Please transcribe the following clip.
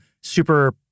super